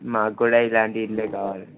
మాకు కూడా ఇలాంటి ఇల్లే కావాలి